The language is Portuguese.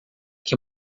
que